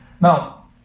now